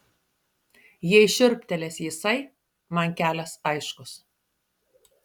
jei šiurptelės jisai man kelias aiškus